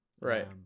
Right